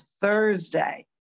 Thursday